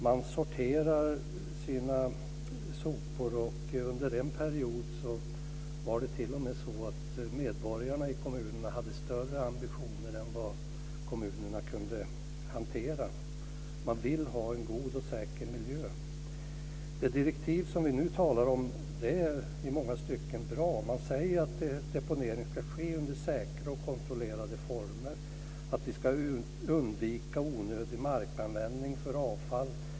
Man sorterar sina sopor, och under en period var det t.o.m. så att medborgarna i kommunerna hade större ambitioner än vad kommunerna kunde hantera. Man vill ha en god och säker miljö. Det direktiv som vi talar om är i många stycken bra. Man säger att deponering ska ske under säkra och kontrollerade former och att vi ska undvika onödig markanvändning för avfall.